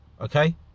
Okay